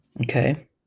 Okay